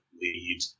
lead